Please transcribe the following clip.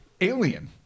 alien